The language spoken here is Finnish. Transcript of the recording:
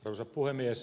arvoisa puhemies